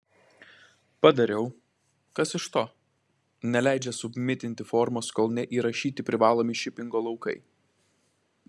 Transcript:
padariau kas iš to neleidžia submitinti formos kol neįrašyti privalomi šipingo laukai